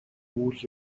үйл